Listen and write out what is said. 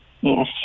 Yes